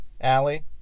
Allie